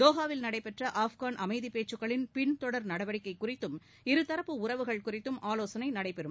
தோஹாவில் நடைபெற்ற ஆப்கான் அமைதி பேச்சுகளின் பின் தொடர் நடவடிக்கை குறித்தும் இரு தரப்பு உறவுகள் குறித்தும் ஆலோசனை நடைபெறும்